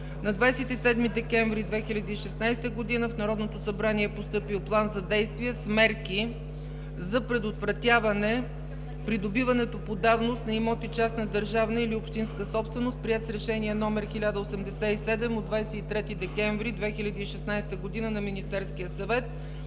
На 27 декември 2016 г. в Народното събрание е постъпил план за действие с мерки за предотвратяване придобиването по давност на имоти частна, държавна или общинска собственост, приет с решение № 1087 от 23 декември 2016 г. на Министерския съвет.